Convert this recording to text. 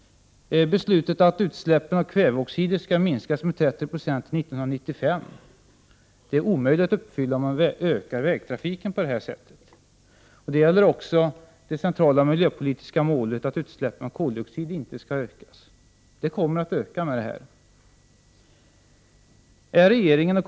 Beslutet att utsläppen av kväveoxider skall minska med 30 9 till 1995 är omöjligt att uppfylla om man ökar vägtrafiken på detta sätt. Detsamma gäller det centrala miljöpolitiska målet att utsläppen av koldioxid inte skall ökas. De kommer att öka i och med detta. Är regeringen, inkl.